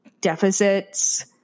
deficits